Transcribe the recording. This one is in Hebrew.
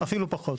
אפילו פחות.